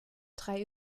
drei